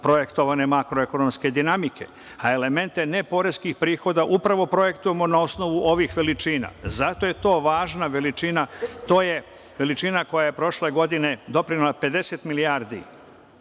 projektovane makroekonomske dinamike, a elemente neporeskih prihoda upravo projektujemo na osnovu ovih veličina. Zato je to važna veličina. To je veličina koja je prošle godine doprinela 50 milijardi